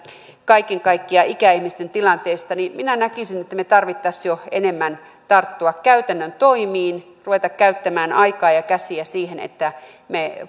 kaiken kaikkiaan ikäihmisten tilanteesta niin minä näkisin että meidän tarvitsisi jo enemmän tarttua käytännön toimiin ruveta käyttämään aikaa ja käsiä siihen että me